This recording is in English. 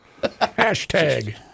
hashtag